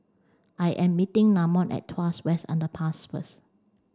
I am meeting Namon at Tuas West Underpass first